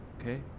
Okay